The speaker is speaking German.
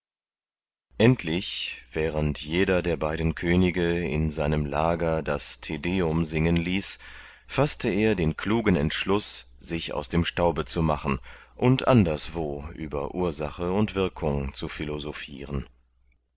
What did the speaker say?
endlich während jeder der beiden könige in seinem lager das tedeum singen ließ faßte er den klugen entschluß sich aus dem staube zu machen und anderswo über ursache und wirkung zu philosophiren